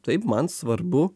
taip man svarbu